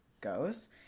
goes